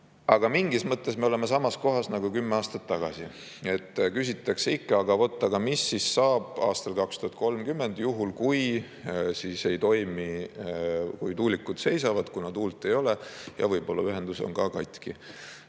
Aga mingis mõttes me oleme samas kohas nagu kümme aastat tagasi. Küsitakse ikka: aga vot, mis saab aastal 2030, juhul kui tuulikud seisavad, kuna tuult ei ole, ja võib-olla ühendus on ka katki?